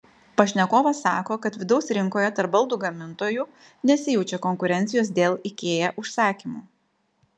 pašnekovas sako kad vidaus rinkoje tarp baldų gamintojų nesijaučia konkurencijos dėl ikea užsakymų